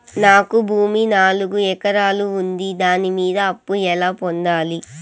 నాకు భూమి నాలుగు ఎకరాలు ఉంది దాని మీద అప్పు ఎలా పొందాలి?